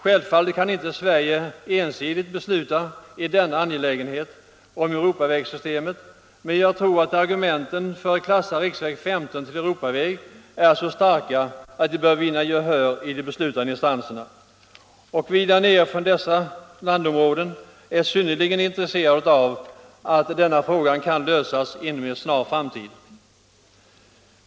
Självfallet kan inte Sverige ensidigt besluta om Europavägsystemet, men jag tror att argumenten för att klassa riksväg 15 till Europaväg är så starka att de bör kunna vinna gehör i de beslutande instanserna. Vi som bor där nere i dessa landområden är också mycket intresserade av att denna fråga löses inom en snar framtid.